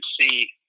see